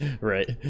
Right